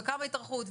וכמה התארכות,